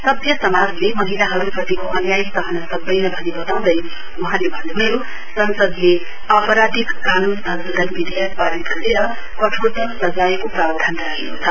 सभ्य समाजले महिलाहरु प्रतिको अन्याय सहन सक्दैन भनी वताउँदै वहाँले भन्न्भयो संसदले आपराधिक कानून संशोधन विधेयक पारित गरेर कठोरतम सजायको प्रावधान राखेको छ